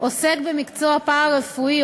עוסק במקצוע פארה-רפואי,